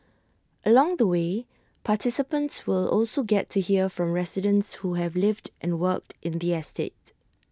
along the way participants will also get to hear from residents who have lived and worked in the estate